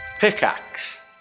Pickaxe